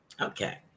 Okay